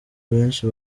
benshi